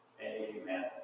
Amen